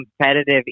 competitive